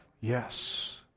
Yes